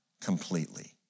completely